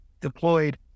deployed